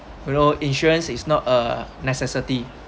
you know insurance is not a necessity